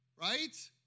Right